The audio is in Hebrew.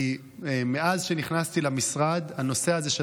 כי מאז שנכנסתי למשרד הנושא הזה של